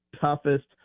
toughest